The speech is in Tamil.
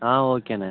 ஆ ஓகேண்ண